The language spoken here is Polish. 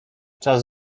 czas